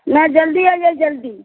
नहि जल्दी अइयै जल्दी